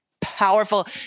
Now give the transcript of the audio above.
powerful